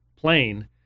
plane